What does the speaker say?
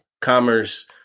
commerce